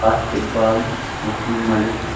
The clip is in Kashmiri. عاصف اقبال وسیٖم مٔلِک